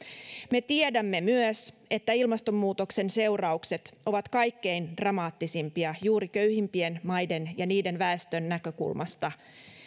me tiedämme myös että ilmastonmuutoksen seuraukset ovat kaikkein dramaattisimpia juuri köyhimpien maiden ja niiden väestön näkökulmasta